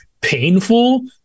painful